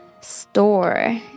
store